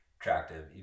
attractive